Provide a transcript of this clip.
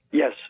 Yes